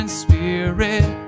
spirit